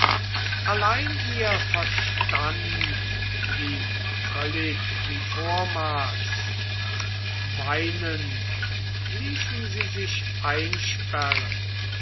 allein ihr verstand blieb völlig wie vormals weinend ließen sie sich einsperren